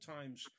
times